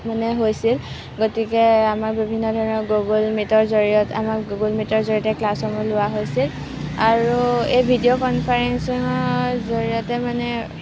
মানে হৈছিল গতিকে আমাৰ বিভিন্ন ধৰণৰ গু'গল মীটৰ জৰিয়তে আমাৰ গু'গল মীটৰ জৰিয়তে ক্লাছসমূহ লোৱা হৈছিল আৰু এই ভিডিও কনফাৰেন্সৰ জৰিয়তে মানে